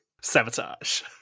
Sabotage